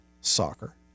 soccer